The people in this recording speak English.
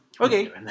okay